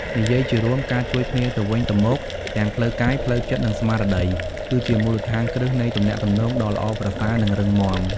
និយាយជារួម ការជួយគ្នាទៅវិញទៅមក ទាំងផ្លូវកាយ ផ្លូវចិត្ត និងស្មារតី គឺជាមូលដ្ឋានគ្រឹះនៃទំនាក់ទំនងដ៏ល្អប្រសើរ និងរឹងមាំ។